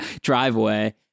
driveway